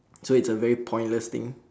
so it's a very pointless thing